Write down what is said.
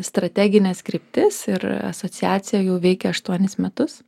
strategines kryptis ir asociacija jau veikia aštuonis metus